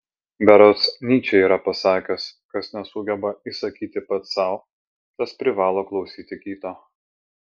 berods nyčė yra pasakęs kas nesugeba įsakyti pats sau tas privalo klausyti kito